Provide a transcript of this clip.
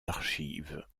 archives